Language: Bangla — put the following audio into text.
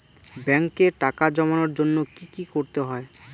ব্যাংকে টাকা জমানোর জন্য কি কি করতে হয়?